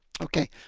Okay